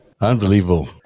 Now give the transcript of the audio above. Unbelievable